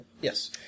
Yes